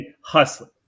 hustling